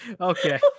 Okay